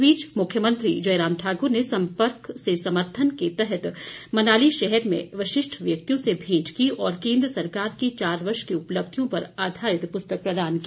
इस बीच मुख्यमंत्री जयराम ठाकुर ने सम्पर्क से समर्थन के तहत मनाली शहर में वशिष्ठ व्यक्तियों से भेंट की और केंद्र सरकार की चार वर्ष की उपलब्धियों पर आधारित पुस्तक प्रदान की